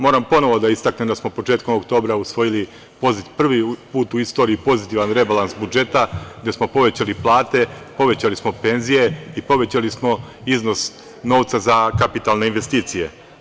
Moram ponovo da istaknem da smo početkom oktobra usvojili prvi put u istoriji pozitivan rebalans budžeta, gde smo povećali plate, povećali smo penzije i povećali smo iznos novca za kapitalne investicije.